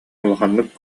улаханнык